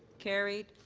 carried.